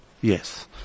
Yes